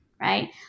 right